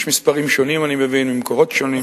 יש מספרים שונים, אני מבין, ממקורות שונים